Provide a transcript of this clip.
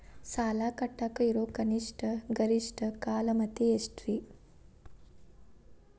ಸಾಲ ಕಟ್ಟಾಕ ಇರೋ ಕನಿಷ್ಟ, ಗರಿಷ್ಠ ಕಾಲಮಿತಿ ಎಷ್ಟ್ರಿ?